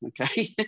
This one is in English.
okay